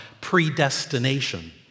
predestination